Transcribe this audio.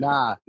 Nah